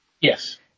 Yes